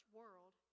world